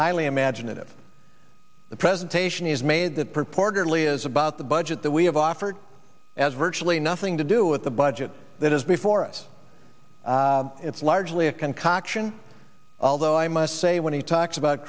highly imaginative the presentation is made that purportedly is about the budget that we have offered as virtually nothing to do with the budget that is before us it's largely a concoction although i must say when he talks about